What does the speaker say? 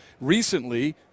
recently –